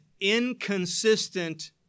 inconsistent